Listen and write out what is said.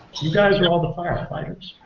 you guys are all the firefighters.